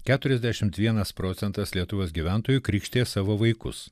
keturiasdešimt procentas lietuvos gyventojų krikštija savo vaikus